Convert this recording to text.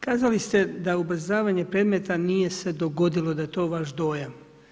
Kazali ste da ubrzavanje predmeta nije se dogodilo, da je to vaš dojam.